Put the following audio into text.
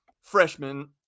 freshman